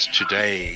today